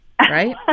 right